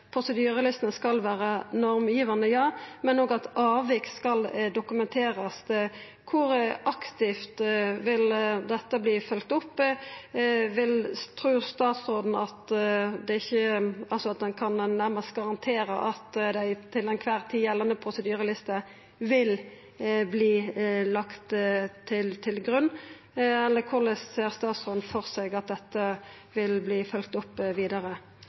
prosedyrelistene skal vera normgivande, men òg at avvik skal dokumenterast? Kor aktivt vil dette verta følgt opp? Trur statsråden at ein kan nærast garantera at dei til kvar tid gjeldande prosedyrelistene vil verta lagde til grunn, eller korleis ser statsråden for seg at dette vil bli følgt opp vidare?